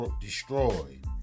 destroyed